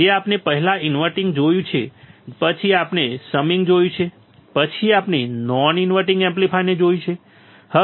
જે આપણે પહેલા ઇન્વર્ટીંગ જોયું છે પછી આપણે સમિંગ જોયું છે પછી આપણે નોન ઇન્વર્ટીંગ એમ્પ્લીફાયરને જોયું છે